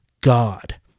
god